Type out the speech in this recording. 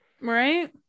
right